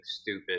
stupid